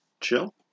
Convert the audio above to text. Chill